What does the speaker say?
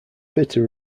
bitter